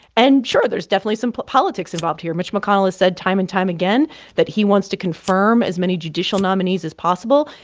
and, sure, there's definitely some politics involved here. mitch mcconnell has said time and time again that he wants to confirm as many judicial nominees as possible.